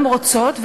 גם רוצות,